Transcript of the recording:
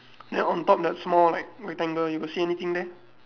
ya on top that small rec~ rectangle you got see anything there